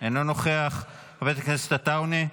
אינו נוכח, חבר הכנסת עטאונה,